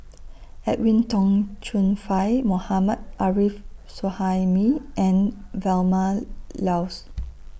Edwin Tong Chun Fai Mohammad Arif Suhaimi and Vilma Laus